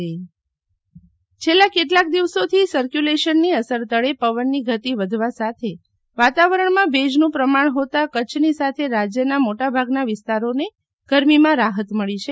શીતલ વૈશ્નવ કવા માન છેલ્લા કેટલાક દિવસોથી સરકયુલેશન ની અસર તળે પવનની ગતિ વધતા સાથે વાતાવરણ માં ભેજ નું પ્રમાણ ફોતા કરછની સાથે રાજ્યના મોટા ભાગના વિસ્તારોને ગરમીમાં રાફત મળી છે